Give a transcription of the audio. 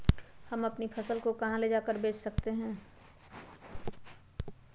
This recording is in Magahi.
हम अपनी फसल को कहां ले जाकर बेच सकते हैं?